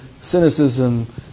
cynicism